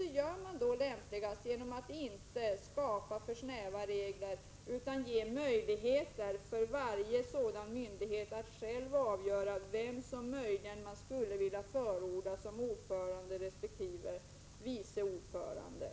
Det gör man lämpligen genom att inte skapa för snäva regler utan ge myndigheten möjlighet att själv avgöra vem som den vill förorda såsom ordförande respektive vice ordförande.